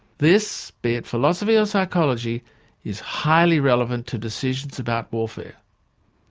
this be it philosophy or psychology is highly relevant to decisions about warfare.